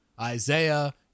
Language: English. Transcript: Isaiah